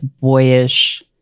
boyish